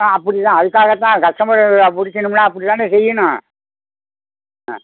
ஆ அப்படி தான் அதுக்காக தான் கஸ்டமரை பிடிக்கணும்னா அப்படி தானே செய்யணும் ஆ